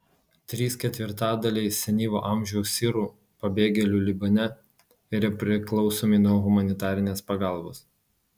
trys ketvirtadaliai senyvo amžiaus sirų pabėgėlių libane yra priklausomi nuo humanitarės pagalbos